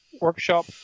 workshop